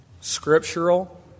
scriptural